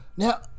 Now